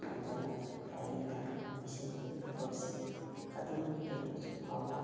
ꯊꯝꯗꯅ ꯗꯥꯏꯔꯤꯗ ꯏꯁꯤꯟꯕꯒꯤ ꯊꯕꯛꯁꯤ ꯑꯗꯨꯝ ꯑꯩ ꯍꯧꯖꯤꯛ ꯐꯥꯎꯕ